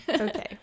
Okay